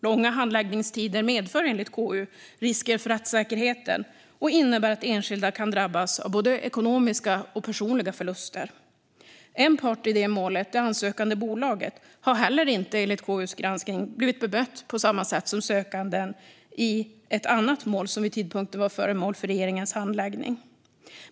Långa handläggningstider medför enligt KU risker för rättssäkerheten och innebär att enskilda kan drabbas av både ekonomiska och personliga förluster. En part i målet, det ansökande bolaget, har heller inte enligt KU:s granskning blivit bemött på samma sätt som sökanden i ett annat mål som vid tidpunkten var föremål för regeringens handläggning.